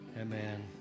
Amen